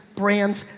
brands,